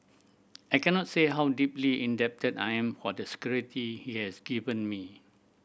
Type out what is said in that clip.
I cannot say how deeply indebted I am for the security he has given me